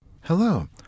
Hello